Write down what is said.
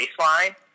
baseline